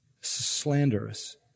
slanderous